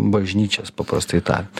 bažnyčias paprastai tariant